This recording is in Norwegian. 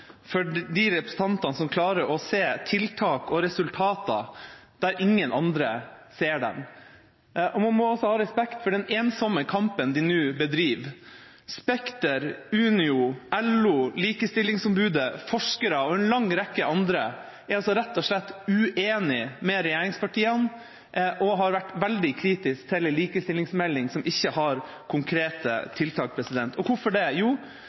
for de representantene som klarer å se tiltak og resultater der ingen andre ser dem. Man må også ha respekt for den ensomme kampen de nå bedriver. Spekter, Unio, LO, Likestillingsombudet, forskere og en lang rekke andre er rett og slett uenige med regjeringspartiene og har vært veldig kritiske til en likestillingsmelding som ikke har konkrete tiltak. Hvorfor ikke det? Det